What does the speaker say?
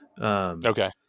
Okay